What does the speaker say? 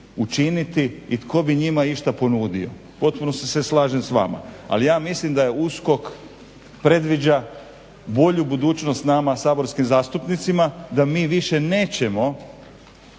učiniti i tko bi njima išta ponudio. U potpunosti se slažem s vama, ali ja mislim da USKOK predviđa bolju budućnost nama saborskim zastupnicima da mi više nećemo